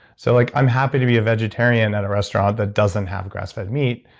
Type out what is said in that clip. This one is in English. so like i'm happy to be a vegetarian at a restaurant that doesn't have grass-fed meat